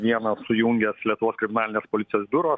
vieną sujungęs lietuvos kriminalinės policijos biuro